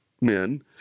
men